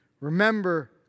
Remember